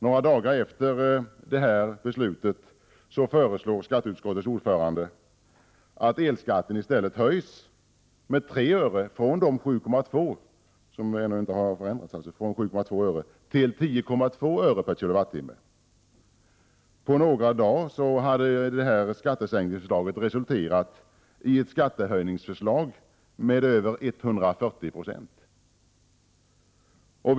Några dagar därefter föreslår skatteutskottets ordförande att elskatten i stället höjs med 3 öre från 7,2 öre kWh! På några dagar hade skattesänkningsförslaget resulterat i ett skattehöjningsförslag om mer än 140 960.